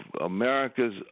America's